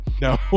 No